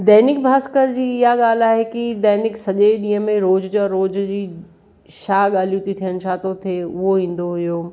दैनिक भास्कर जी इहा ॻाल्हि आहे की दैनिक सॼे ॾींहं में रोज़ जा रोज़ जी छा ॻाल्हियूं थी थियनि छा थो थिए उहा ईंदो हुओ